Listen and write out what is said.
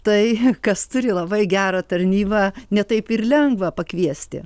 tai kas turi labai gerą tarnybą ne taip ir lengva pakviesti